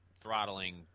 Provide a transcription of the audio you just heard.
throttling